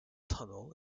tunnel